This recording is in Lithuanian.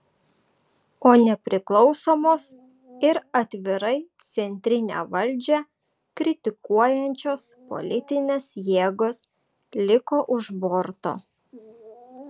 o nepriklausomos ir atvirai centrinę valdžią kritikuojančios politinės jėgos liko už borto